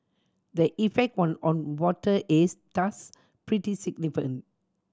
the effect on on water is thus pretty significant